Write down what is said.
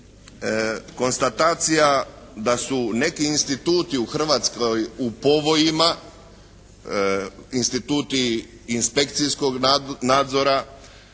konstatacija da su neki instituti u Hrvatskoj u povojima, instituti inspekcijskog nadzora,